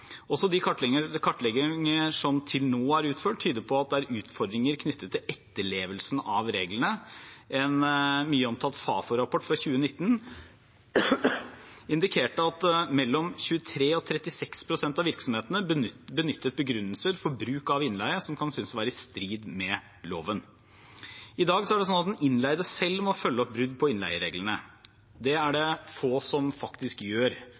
som til nå er utført, tyder på at det er utfordringer knyttet til etterlevelsen av reglene. En mye omtalt Fafo-rapport fra 2019 indikerte at mellom 23 og 36 pst. av virksomhetene benyttet begrunnelser for bruk av innleie som kan synes å være i strid med loven. I dag er det sånn at den innleide selv må følge opp brudd på innleiereglene. Det er det få som faktisk gjør,